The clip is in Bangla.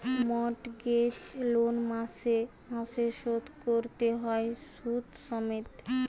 মর্টগেজ লোন মাসে মাসে শোধ কোরতে হয় শুধ সমেত